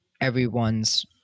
everyone's